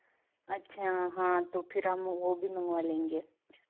अच्छा हाँ तो फिर हम वह भी मंगवा लेंगे